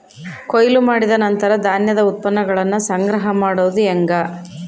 ಕೊಯ್ಲು ಮಾಡಿದ ನಂತರ ಧಾನ್ಯದ ಉತ್ಪನ್ನಗಳನ್ನ ಸಂಗ್ರಹ ಮಾಡೋದು ಹೆಂಗ?